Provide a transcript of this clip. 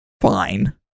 fine